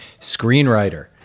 screenwriter